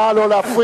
נא לא להפריע.